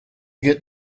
get